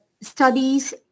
studies